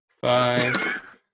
Five